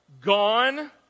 Gone